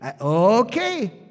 Okay